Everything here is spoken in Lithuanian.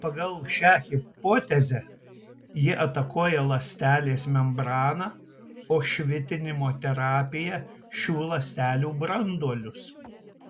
pagal šią hipotezę jie atakuoja ląstelės membraną o švitinimo terapija šių ląstelių branduolius